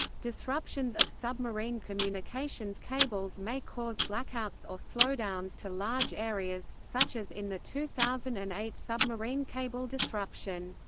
disruptions of submarine communications cables may cause blackouts or slowdowns to large areas, such as in the two thousand and eight submarine cable disruption.